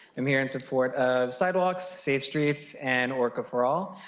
i'm here in support of sidewalks, saved streets and orca for all.